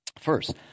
First